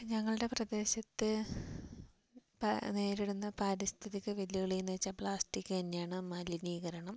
ഞങ്ങളുടെ പ്രദേശത്ത് നേരിടുന്ന പാരിസ്ഥിതിക വെല്ലുവിളി എന്നു വച്ചാൽ പ്ലാസ്റ്റിക്ക് തന്നെയാണ് മലിനീകരണം